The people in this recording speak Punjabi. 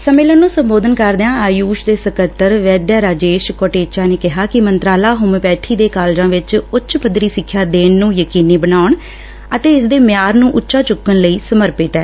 ਸੰਮੇਲਨ ਨੂੰ ਸੰਬੋਧਨ ਕਰਦਿਆਂ ਆਯੁਸ਼ ਦੇ ਸਕੱਤਰ ਵੈਦੇਆ ਰਾਜੇਸ਼ ਕੋਟੇਚਾ ਨੇ ਕਿਹਾ ਕਿ ਮੰਤਰਾਲਾ ਹੋਮਿਓਪੈਥੀ ਦੇ ਕਾਲਜਾਂ ਵਿਚ ਉੱਚ ਪੱਧਰੀ ਸਿੱਖਿਆ ਦੇਣ ਨੂੰ ਯਕੀਨੀ ਬਣਾਉਣ ਅਤੇ ਇਸ ਦੇ ਮਿਆਰ ਨੂੰ ਉੱਚਾ ਚੁੱਕਣ ਲਈ ਸਮਰਪਿਤ ਏ